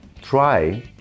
try